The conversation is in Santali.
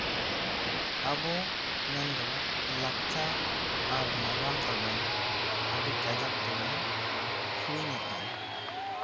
ᱟᱵᱚ ᱢᱮᱱᱫᱚ ᱞᱟᱠᱪᱟᱨ ᱟᱨ ᱱᱟᱜᱟᱢ ᱛᱟᱵᱚᱱ ᱟᱹᱰᱤ ᱠᱟᱡᱟᱠ ᱛᱮᱵᱚᱱ ᱦᱤᱲᱤᱧᱮᱫᱼᱟ